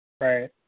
Right